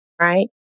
right